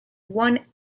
one